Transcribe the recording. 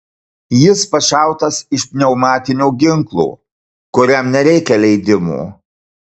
jis pašautas iš pneumatinio ginklo kuriam nereikia leidimo